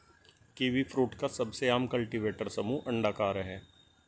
kiwifruit का सबसे आम कल्टीवेटर समूह अंडाकार है